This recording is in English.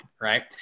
right